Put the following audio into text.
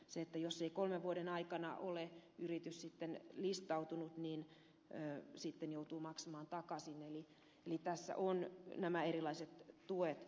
jos ei kolmen vuoden aikana yritys ole sitten listautunut niin joutuu maksamaan takaisin eli tässä on nämä erilaiset tuet